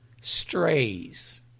strays